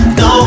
no